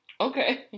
Okay